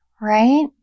Right